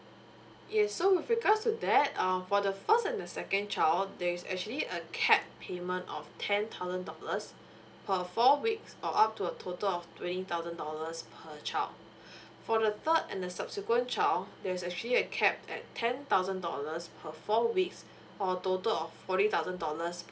yeuh so with regards to that um for the first and the second child there's actually a cap payment of ten thousand dollars per four weeks or up to a total of twenty thousand dollars per child for the third and the subsequent child there's actually a cap at ten thousand dollars per four weeks or total of forty thousand dollars per